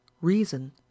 reason